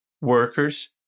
Workers